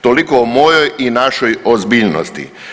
Toliko o mojoj i našoj ozbiljnosti.